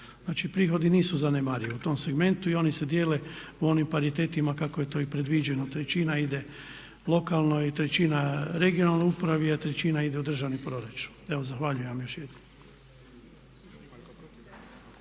Znači prihodi nisu zanemarivi u tom segmentu i oni se dijele u onim paritetima kako je to i predviđeno. Trećina ide lokalnoj, trećina regionalnoj upravi a trećina ide u državni proračun. Evo zahvaljujem vam još jednom.